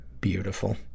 beautiful